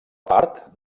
part